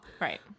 Right